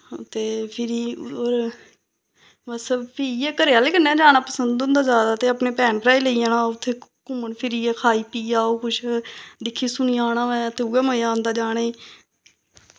ते फिरी होर बस फ्ही इ'यै घरै आह्लै कन्नै जाना पसंद होंदा जादा ते अपने भैन भ्राएं लेई जाना उत्थै घूमन फिरियै खाई पियै आओ कुछ दिक्खी सुनियै औना होऐ ते उऐ मज़ा औंदा जाने गी